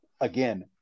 again